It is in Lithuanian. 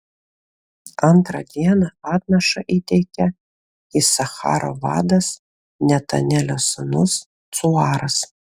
antrą dieną atnašą įteikė isacharo vadas netanelio sūnus cuaras